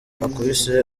akubise